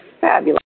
fabulous